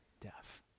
death